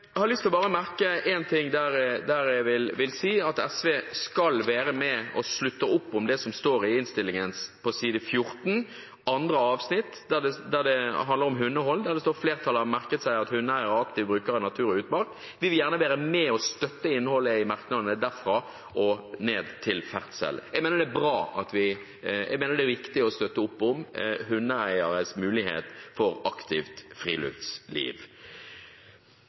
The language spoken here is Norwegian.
har lyst til å bemerke én ting, jeg vil at SV skal slutte opp om det som står i innstillingen side 14, andre spalte, der det handler om hundehold. Der står det: «Flertallet har merket seg at hundeeiere er aktive brukere av natur og utmark.» Vi vil gjerne være med og støtte innholdet i merknadene derfra og ned til der det står «Ferdsel». Jeg mener det er viktig å støtte opp om hundeeieres mulighet for aktivt friluftsliv.